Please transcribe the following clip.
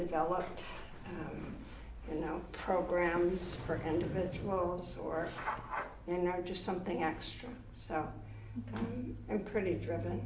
developed you know programs for individuals or you know just something extra so i'm pretty driven